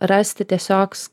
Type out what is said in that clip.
rasti tiesiog